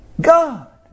God